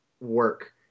work